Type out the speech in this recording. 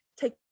take